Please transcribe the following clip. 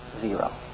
zero